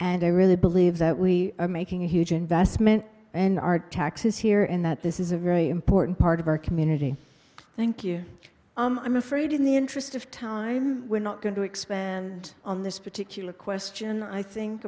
and i really believe that we are making a huge investment and our taxes here and that this is a very important part of our community thank you i'm afraid in the interest of time we're not going to expand on this particular question i